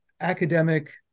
Academic